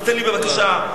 אז תן לי בבקשה, טוב.